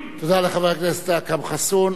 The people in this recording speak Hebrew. תודה לחבר הכנסת אכרם חסון.